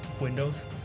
windows